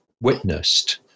witnessed